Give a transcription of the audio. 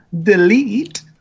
delete